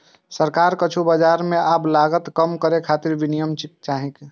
सरकार किछु बाजार मे आब लागत कम करै खातिर विनियम चाहै छै